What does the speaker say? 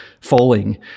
falling